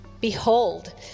Behold